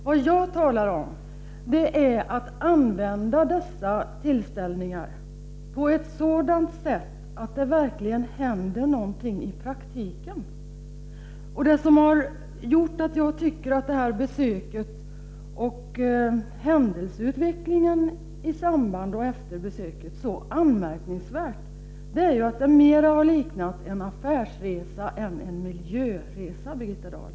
Jag talar i stället om att man skall använda dessa tillfällen på ett sådant sätt att det verkligen händer någonting i praktiken. Att jag tycker att det här besöket och händelseutvecklingen i samband med och efter besöket är så anmärkningsvärda, beror på att det mera har liknat en affärsresa än en miljöresa, Birgitta Dahl.